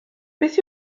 beth